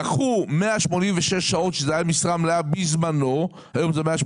לקחו 186 שעות שבזמנו היוו משרה מלאה היום אלה